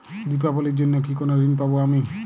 দীপাবলির জন্য কি কোনো ঋণ পাবো আমি?